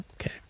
Okay